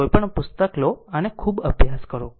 કોઈપણ પુસ્તક લો અને ખૂબ અભ્યાસ કરો